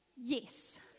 Yes